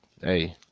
hey